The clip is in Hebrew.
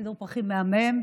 צילום פרחים מהמם,